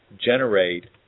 generate